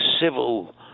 civil